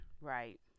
Right